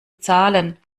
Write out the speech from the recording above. zahlen